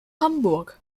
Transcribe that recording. hamburg